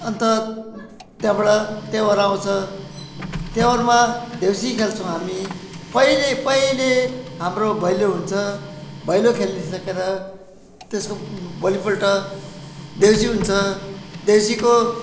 अन्त त्यहाँबाट त्यौहार आउँछ त्यौहारमा देउसी खेल्छौँ हामी पहिले पहिले हाम्रो भैलो हुन्छ भैलो खेलिसकेर त्यसको भोलिपल्ट देउसी हुन्छ देउसीको